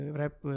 rap